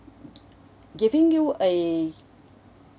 g~ giving you a